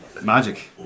magic